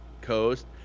coast